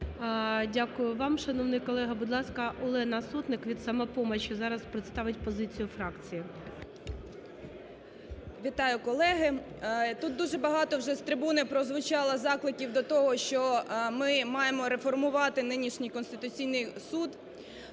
Дякую вам, шановний колега. Будь ласка, Олена Сотник від "Самопомочі" зараз представить позицію фракції. 11:47:12 СОТНИК О.С. Вітаю, колеги. Тут дуже багато вже з трибуни прозвучало закликів до того, що ми маємо реформувати не нинішній Конституційний Суд,